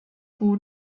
gut